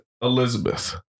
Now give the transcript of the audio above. Elizabeth